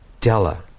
Della